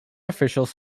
officials